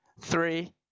Three